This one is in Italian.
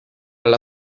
alla